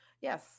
Yes